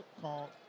call